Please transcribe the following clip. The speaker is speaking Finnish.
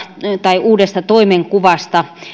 uudesta toimenkuvasta